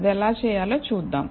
అది ఎలా చేయాలో చూద్దాం